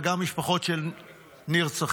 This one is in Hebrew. וגם משפחות של נרצחים.